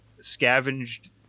scavenged